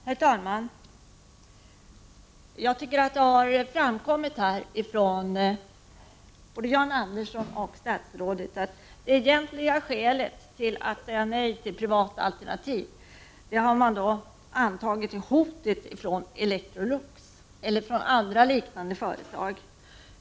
Herr talman! Jag tycker att det har framkommit av både Jan Anderssons och statsrådets inlägg att det egentliga skälet för att säga nej till privata initiativ är vad man anar vara hotet från Electrolux eller andra liknande företag.